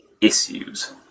issues